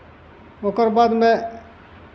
ओकर बादमे